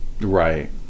Right